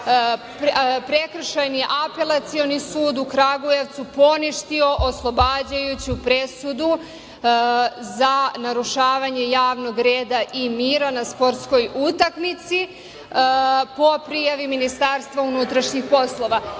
Prekršajni apelacioni sud u Kragujevcu poništio oslobađajuću presudu za narušavanje javnog reda i mira na sportskoj utakmici, po prijavi MUP.Ja se izvinjavam